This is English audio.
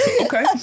Okay